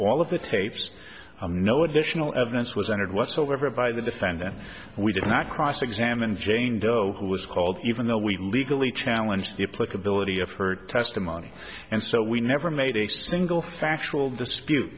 all of the tapes no additional evidence was entered whatsoever by the defendant we did not cross examined jane doe who was called even though we legally challenge the a plug ability of her testimony and so we never made a single factual dispute